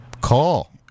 call